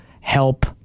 help